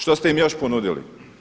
Što ste im još ponudili?